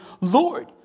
Lord